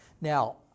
Now